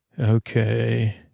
Okay